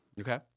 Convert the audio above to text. Okay